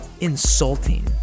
insulting